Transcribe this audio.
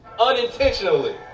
Unintentionally